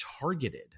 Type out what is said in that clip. targeted